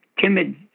timid